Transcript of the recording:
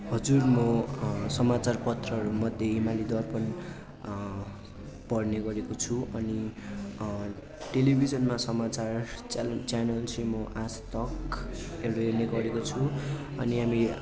हजुर म समाचार पत्रहरूमध्ये हिमालय दर्पण पढ्ने गरेको छु अनि टेलिभिजनमा समाचार च्याल च्यानल चाहिँ म आज तकहरू हेर्ने गरेको छु अनि हामी